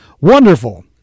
Wonderful